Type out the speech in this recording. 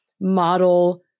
model